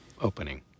opening